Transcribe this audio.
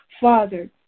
Father